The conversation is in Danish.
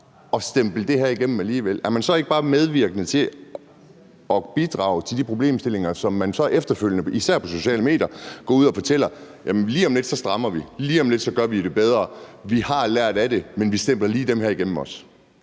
at stemple det her igennem alligevel, så er man ikke bare medvirkende til at bidrage til de problemstillinger, som man så efterfølgende, især på sociale medier, går ud og fortæller om, at man har lært af og lige om lidt vil stramme op overfor og gøre det bedre. Man stempler dem lige igennem også.